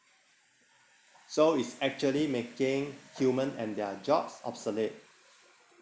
so it's actually making humans and their jobs obsolete